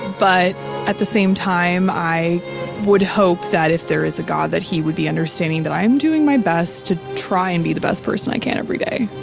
but at the same time, i would hope that if there is a god, that he would be understanding that i am doing my best to try and be the best person i can every day.